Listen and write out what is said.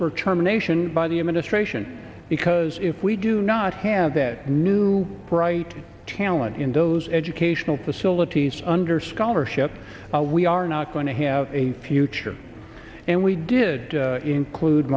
charm nation by the administration because if we do not have that new bright talent in those educational facilities under scholarship we are not going to have a future and we did include